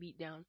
beatdown